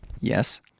Yes